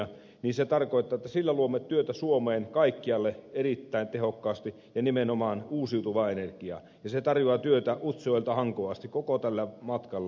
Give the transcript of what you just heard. se tarkoittaa että sillä luomme työtä suomeen kaikkialle erittäin tehokkaasti ja nimenomaan uusiutuvaa energiaa ja se tarjoaa työtä utsjoelta hankoon asti koko tällä matkalla